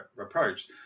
approach